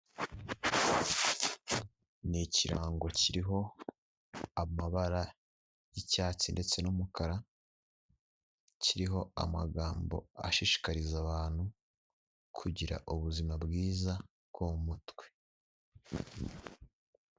Ni ikirango kiriho amabara y'icyatsi ndetse n'umukara, kiriho amagambo ashishikariza abantu kugira ubuzima bwiza bwo mu mutwe.